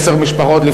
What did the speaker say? עשר משפחות,